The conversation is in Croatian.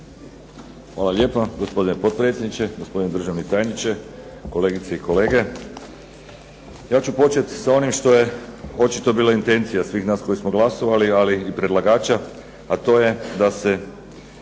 Hvala lijepa, gospodine potpredsjedniče. Gospodine državni tajniče, kolegice i kolege. Ja ću početi sa onim što je očito bila intencija svih nas koji smo glasovali, ali i predlagača, a to je namjera